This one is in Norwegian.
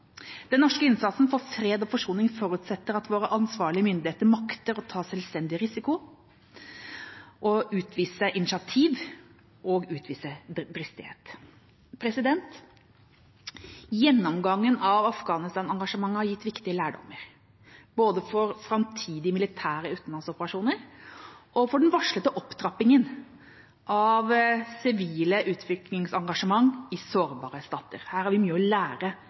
Den norske innsatsen for fred og forsoning forutsetter at våre ansvarlige myndigheter makter å ta selvstendig risiko og utvise initiativ og dristighet. Gjennomgangen av Afghanistan-engasjementet har gitt viktig lærdom, både for framtidige militære utenlandsoperasjoner og for den varslede opptrappingen av sivilt utviklingsengasjement i sårbare stater. Her har vi mye å lære